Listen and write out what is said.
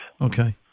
Okay